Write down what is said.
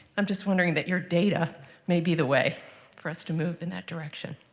i'm just wondering that your data may be the way for us to move in that direction.